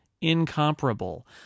incomparable